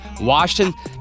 Washington